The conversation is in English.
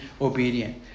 obedient